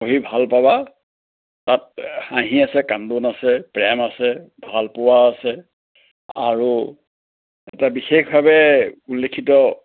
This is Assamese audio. পঢ়ি ভাল পাবা তাত হাঁহি আছে কান্দোন আছে প্ৰেম আছে ভালপোৱা আছে আৰু এটা বিশেষভাৱে লিখিত